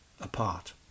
apart